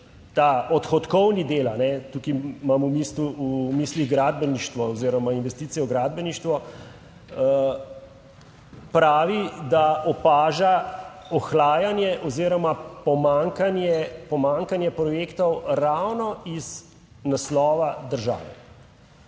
ta odhodkovni del, tukaj imam mi v mislih gradbeništvo oziroma investicije v gradbeništvo pravi, da opaža ohlajanje oziroma pomanjkanje pomanjkanja projektov ravno iz naslova države.